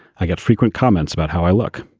i get frequent comments about how i look.